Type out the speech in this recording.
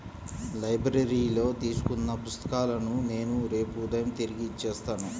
లైబ్రరీలో తీసుకున్న పుస్తకాలను నేను రేపు ఉదయం తిరిగి ఇచ్చేత్తాను